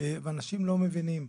ואנשים לא מבינים.